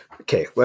okay